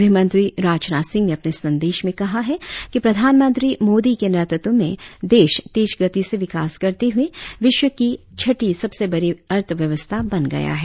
गृहमंत्री राजनाथ सिंह ने अपने संदेश में कहा है कि प्रधानमंत्री मोदी के नेतृत्व में देश तेज गति से विकास करते हुए विश्व की छठी सबसे बड़ी अर्थव्यवस्था बन गया है